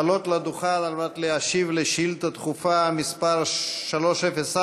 לעלות לדוכן על מנת להשיב על שאילתה דחופה מס' 304,